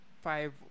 five